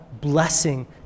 blessing